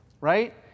right